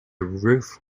roof